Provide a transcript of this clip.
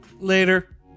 Later